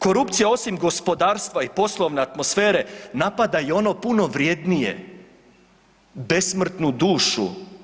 Korupcija osim gospodarstva i poslovne atmosfere napada i ono puno vrednije besmrtnu dušu.